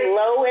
low